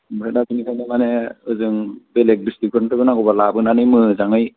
ओमफ्राय दा बिनिखायनो माने ओजों बेलेग डिसट्रिकफोरनिफ्रायबो नांगौबा लाबोनानै मोजाङै